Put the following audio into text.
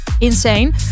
Insane